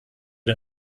den